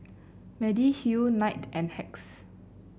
Mediheal Knight and Hacks